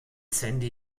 sandy